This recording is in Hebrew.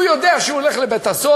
הוא יודע שהוא הולך לבית-הסוהר,